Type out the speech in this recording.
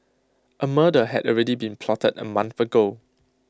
A murder had already been plotted A month ago